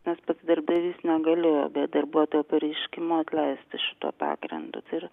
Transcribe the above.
nes pats darbdavys negalėjo be darbuotojo pareiškimo atleisti šituo pagrindu ir